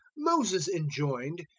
moses enjoined,